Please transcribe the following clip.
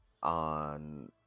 on